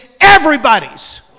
Everybody's